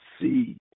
see